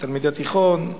את תלמידי התיכון,